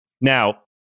Now